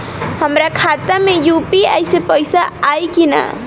हमारा खाता मे यू.पी.आई से पईसा आई कि ना?